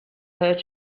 her